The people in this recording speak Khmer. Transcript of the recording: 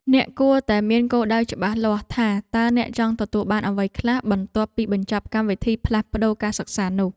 អ្នកគួរតែមានគោលដៅច្បាស់លាស់ថាតើអ្នកចង់ទទួលបានអ្វីខ្លះបន្ទាប់ពីបញ្ចប់កម្មវិធីផ្លាស់ប្តូរការសិក្សានោះ។